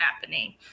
happening